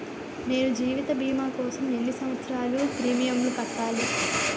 నేను జీవిత భీమా కోసం ఎన్ని సంవత్సారాలు ప్రీమియంలు కట్టాలి?